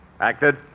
Acted